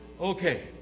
Okay